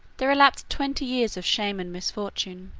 there elapsed twenty years of shame and misfortune.